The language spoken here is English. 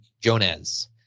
Jones